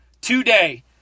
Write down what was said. today